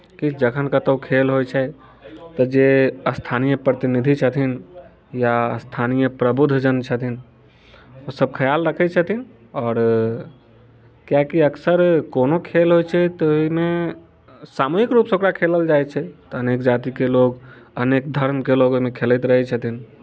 किछु जखन कतहु खेल होइत छै तऽ जे स्थानीय प्रतिनिधि छथिन या स्थानीय प्रबुद्ध जन छथिन ओसभ ख्याल रखैत छथिन आओर किआकि अक्सर कोनो खेल होइत छै तऽ ओहिमे सामूहिक रूपसँ ओकरा खेलल जाइत छै तऽ अनेक जातिके लोक अनेक धर्मके लोक ओहिमे खेलैत रहैत छथिन